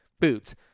foods